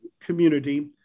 community